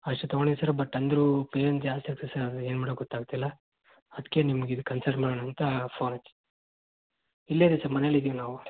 ಅಶ್ ತಗೊಂಡೀನಿ sir but ಅಂದರೂ pain ಜಾಸ್ತಿ ಆಗ್ತದ ಸರ್ ಏನು ಮಾಡೋಕೆ ಗೊತ್ತಾಗ್ತಿಲ್ಲ ಅದಕ್ಕೆ ನಿಮ್ಗೆ ಇದು ಕನ್ಸರ್ಟ್ ಮಾಡೋಣ ಅಂತ ಫೋನ್ ಹಚ್ಚಿ ಇಲ್ಲೆ ರೀ ಸಾ ಮನೇಲಿ ಇದ್ದೀವಿ ನಾವು